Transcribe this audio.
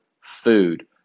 food